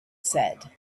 said